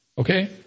Okay